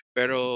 Pero